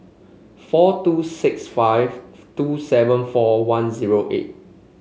four two six five two seven four one zero eight